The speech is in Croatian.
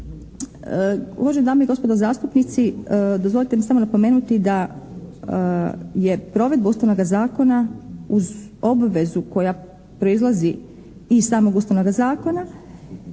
Uvažene dame i gospodo zastupnici, dozvolite mi samo napomenuti da je provedba Ustavnoga zakona uz obvezu koja proizlazi iz samog Ustavnoga zakona